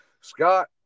Scott